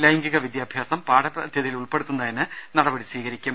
ലൈംഗീക വിദ്യാഭ്യാസം പാഠ്യപദ്ധതിയിൽ ഉൾപ്പെ ടുത്തുന്നതിന് നടപടി സ്വീകരിക്കും